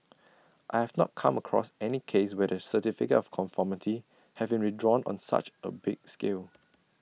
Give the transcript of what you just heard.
I have not come across any case where the certificate of conformity have been withdrawn on such A big scale